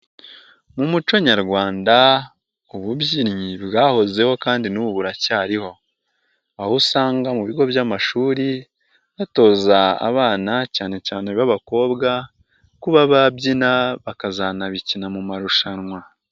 Mu muco nyarwanda ububyinnyi bwahozeho kandi n'ubu buracyariho, aho usanga mu bigo by'amashuri batoza abana cyane cyane b'abakobwa kuba babyina bakazanabikina mu marushanwa.